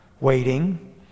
waiting